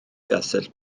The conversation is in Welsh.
gastell